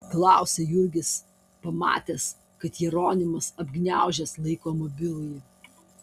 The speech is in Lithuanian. klausia jurgis pamatęs kad jeronimas apgniaužęs laiko mobilųjį